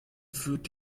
wird